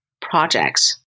projects